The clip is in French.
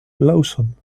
lawson